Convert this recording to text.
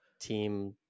team